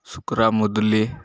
Sukura Muduli